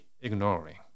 ignoring